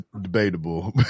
debatable